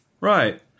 Right